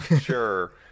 Sure